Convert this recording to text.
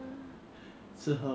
and you are investing enough money